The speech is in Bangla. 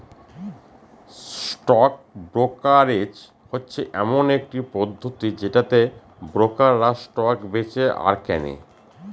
স্টক ব্রোকারেজ হচ্ছে এমন একটি পদ্ধতি যেটাতে ব্রোকাররা স্টক বেঁচে আর কেনে